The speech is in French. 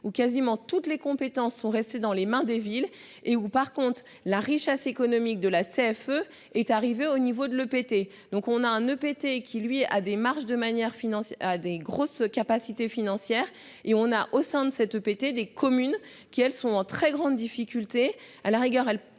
ou quasiment toutes les compétences sont restés dans les mains des villes et ou par contre la richesse économique de la CFE-est arrivé au niveau de l'EPT, donc on a un EPT qui lui a des marges de manière financière à des grosses capacités financières et on a au sein de cet EPT des communes qui elles sont en très grande difficulté à la rigueur elle